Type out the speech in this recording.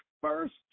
first